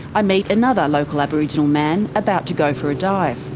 i meet another local aboriginal man about to go for a dive.